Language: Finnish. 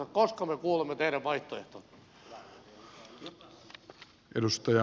koska me kuulemme teidän vaihtoehtonne